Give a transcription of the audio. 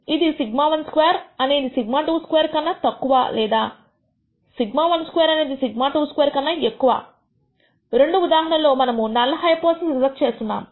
ఇది σ12 అనేది σ 2 కన్నా తక్కువ లేదా or σ12 అనేది σ22 కన్నా ఎక్కువ రెండు ఉదాహరణల లో మనము నల్ హైపోథిసిస్ రిజెక్ట్ చేస్తున్నాము